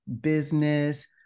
business